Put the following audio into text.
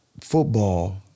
football